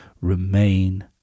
remain